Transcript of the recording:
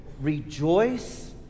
Rejoice